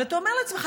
אבל אתה אומר לעצמך,